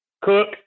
cook